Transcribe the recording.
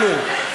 תענו.